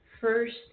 first